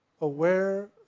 aware